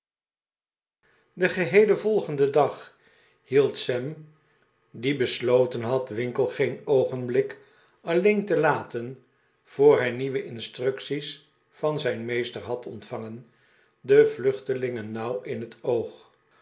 den geheelen volgenden dag hield sam die besloten had winkle geen oogenblik alleen te laten voor hij nieuwe instructies van zijn meester had ontvangen den vluchteling nauwkeurig in het oog